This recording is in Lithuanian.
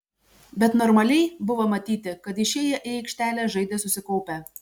bet normaliai buvo matyti kad išėję į aikštelę žaidė susikaupę